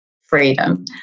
freedom